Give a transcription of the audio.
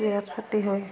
বিৰাট ক্ষতি হয়